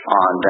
on